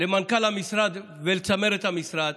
למנכ"ל המשרד ולצמרת המשרד.